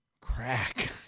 Crack